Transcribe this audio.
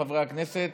חברי הכנסת,